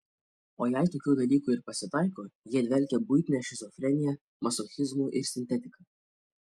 o jei tokių dalykų ir pasitaiko jie dvelkia buitine šizofrenija mazochizmu ir sintetika